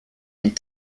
and